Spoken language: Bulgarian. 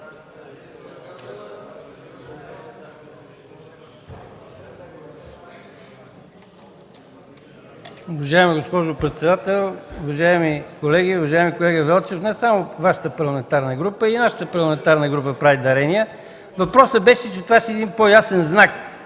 Въпросът беше, че това ще е един по-ясен знак,